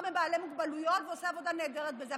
מבעלי מוגבלויות והוא עושה עבודה נהדרת בזה.